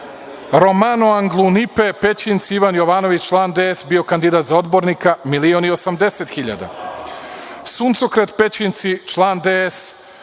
Romano Anglunipe, Pećinci, Ivan Jovanović, član DS, bio kandidat za odbornika, milion i 80 hiljada. Suncokret Pećinci, član DS,